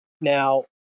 Now